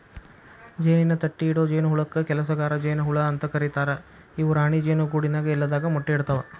ಜೇನಿನ ತಟ್ಟಿಇಡೊ ಜೇನಹುಳಕ್ಕ ಕೆಲಸಗಾರ ಜೇನ ಹುಳ ಅಂತ ಕರೇತಾರ ಇವು ರಾಣಿ ಜೇನು ಗೂಡಿನ್ಯಾಗ ಇಲ್ಲದಾಗ ಮೊಟ್ಟಿ ಇಡ್ತವಾ